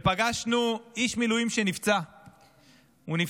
ופגשנו איש מילואים שנפצע בגפיים.